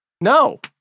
No